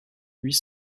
huit